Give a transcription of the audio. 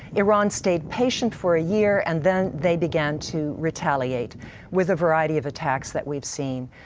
iran stayed patient for a year and then they began to retaliate with a variety of attacks that we've seen.